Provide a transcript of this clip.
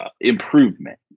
improvement